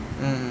mm